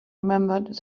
remembered